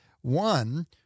One